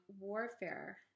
warfare